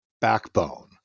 backbone